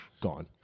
gone